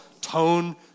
tone